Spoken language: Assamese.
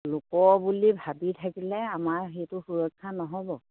লোকৰ বুলি ভাবি থাকিলে আমাৰ সেইটো সুৰক্ষা নহ'ব